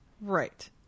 Right